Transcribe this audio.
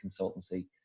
consultancy